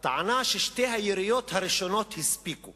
הטענה ששתי היריות הראשונות הספיקו